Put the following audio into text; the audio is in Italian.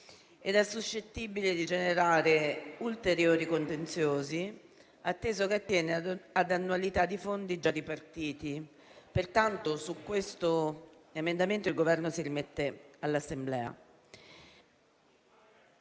ed è suscettibile di generarne ulteriori, atteso che attiene ad annualità di fondi già ripartiti. Pertanto, su questo emendamento il Governo si rimette all'Assemblea.